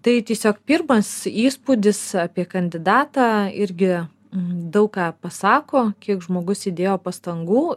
tai tiesiog pirmas įspūdis apie kandidatą irgi daug ką pasako kiek žmogus įdėjo pastangų